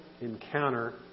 encounter